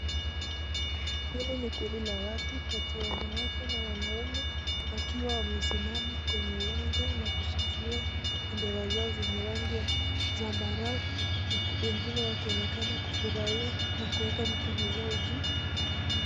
Hili ni kundi la watu kati ya wanawake na wanaume. Wakiwa wamesimama kwenye uwanja na kushikilia bendera zao ya rangi ya sambarau. Wengine wakionekana kufurahia na kuweka mikono zao juu.